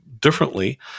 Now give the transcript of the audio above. differently